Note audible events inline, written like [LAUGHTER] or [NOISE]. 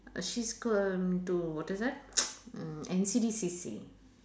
uh she's err to what is that [NOISE] mm N_C_D_C_C